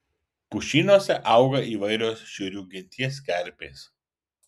pušynuose auga įvairios šiurių genties kerpės